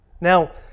now